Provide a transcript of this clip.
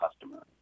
customer